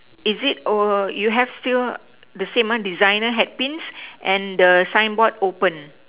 is it oh you have still the same one designer hair pin and the signboard open